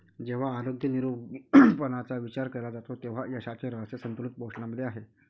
जेव्हा आरोग्य निरोगीपणाचा विचार केला जातो तेव्हा यशाचे रहस्य संतुलित पोषणामध्ये आहे